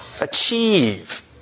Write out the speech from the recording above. achieve